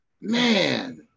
man